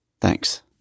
Thanks